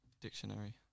Dictionary